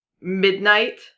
Midnight